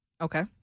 Okay